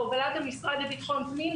בהובלת המשרד לביטחון הפנים,